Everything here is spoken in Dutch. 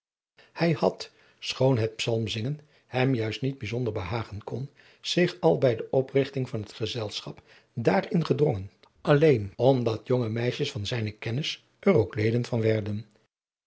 hij had schoon het psalmzingen hem juist niet bijzonder behagen kon zich al bij de oprigting van het gezelschap daarin gedrongen alleen omdat jonge meisjes van zijne kennis er ook leden van werden